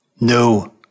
No